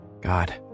God